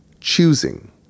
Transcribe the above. Choosing